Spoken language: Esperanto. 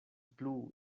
plu